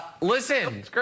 Listen